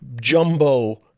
jumbo